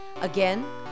Again